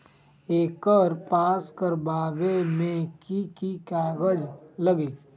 एकर पास करवावे मे की की कागज लगी?